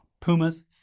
Pumas